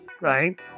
Right